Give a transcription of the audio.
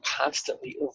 constantly